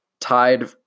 tied